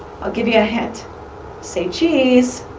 i'll give you a hint say cheese!